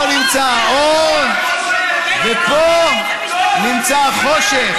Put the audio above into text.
פה נמצא האור ופה נמצא החושך.